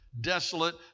desolate